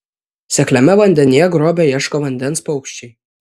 sekliame vandenyje grobio ieško vandens paukščiai